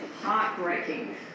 heartbreaking